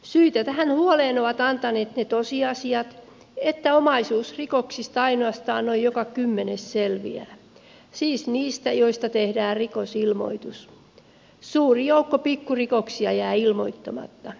syitä tähän huoleen ovat antaneet ne tosiasiat että omaisuusrikoksista ainoastaan noin joka kymmenes selviää siis niistä joista tehdään rikosilmoitus suuri joukko pikkurikoksia jää ilmoittamatta